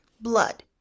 blood